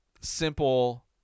Simple